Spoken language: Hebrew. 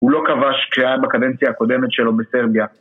הוא לא כבש כשהיה בקדנציה הקודמת שלו בסרביה